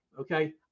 okay